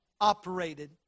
operated